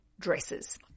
dresses